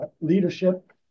leadership